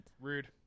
rude